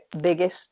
biggest